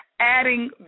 Adding